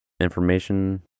information